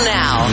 now